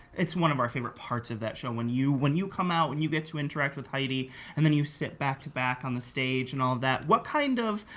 it's one of our favorite parts of that show. when you when you come out and you get to interact with heidi and then you sit back to back on the stage and all of that. what kind of,